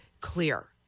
clear